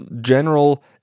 general